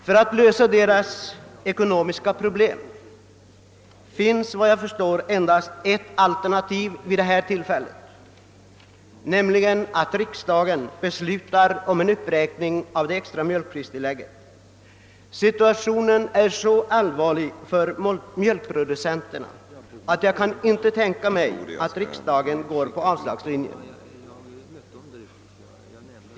För att deras ekonomiska problem skall kunna lösas finns efter vad jag förstår endast ett alternativ vid denna tidpunkt, nämligen att riksdagen beslutar om en uppräkning av det extra mjölkpristillägget. Situationen är så allvarlig för mjölkproducenterna att jag inte kan tänka mig att riksdagen går på avslagslinjen.